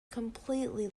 completely